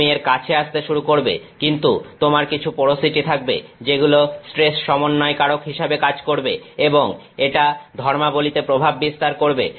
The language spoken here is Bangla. তুমি এর কাছে আসতে শুরু করবে কিন্তু তোমার কিছু পোরোসিটি থাকবে যেগুলি স্ট্রেস সমন্বয়কারক হিসেবে কাজ করবে এবং এটা ধর্মাবলিতে প্রভাব বিস্তার করবে